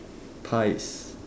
pies